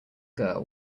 girl